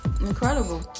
incredible